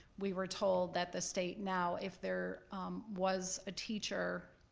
we were told that the state now, if there was a teacher